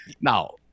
Now